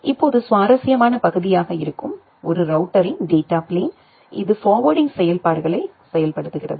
இப்போது சுவாரஸ்யமான பகுதியாக இருக்கும் ஒரு ரௌட்டரின் டேட்டா பிளேன் இது ஃபார்வேர்டிங் செயல்பாடுகளை செயல்படுத்துகிறது